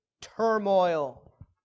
turmoil